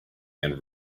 and